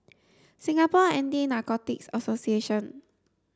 Singapore Anti Narcotics Association